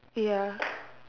ya